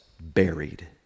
buried